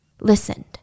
listened